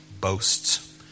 boasts